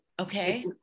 Okay